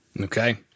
Okay